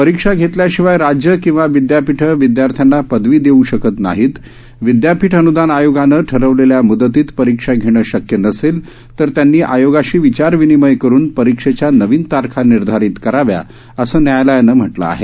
परीक्षा घेतल्याशिवाय राज्यं किंवा विद्यापीठं विदयार्थ्यांना पदवी देऊ शकत नाहीत विदयापीठ अनुदान आयोगानं ठरवलेल्या मुदतीत परीक्षा घेणं शक्य नसेल तर त्यांनी आयोगाशी विचारविविमय करुन परीक्षेच्या नवीन तारखा निर्धारित कराव्यात असं न्यायालयानं म्हटलं आहे